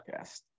podcast